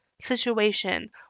Situation